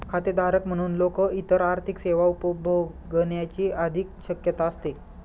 खातेधारक म्हणून लोक इतर आर्थिक सेवा उपभोगण्याची अधिक शक्यता असते